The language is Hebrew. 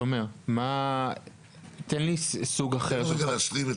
תומר, תן לי סוג אחר --- תן לו רגע להשלים.